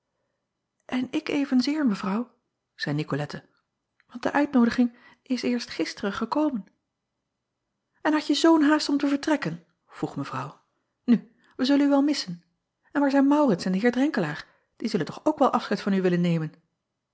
n ik evenzeer evrouw zeî icolette want de uitnoodiging is eerst gisteren gekomen n hadje zoo n haast om te vertrekken vroeg evrouw nu wij zullen u wel missen n waar zijn aurits en de eer renkelaer ie zullen toch ook wel afscheid van u willen nemen